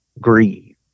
grieve